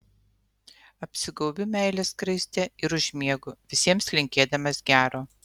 apsigaubiu meilės skraiste ir užmiegu visiems linkėdamas gero